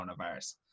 coronavirus